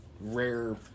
rare